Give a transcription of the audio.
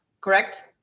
correct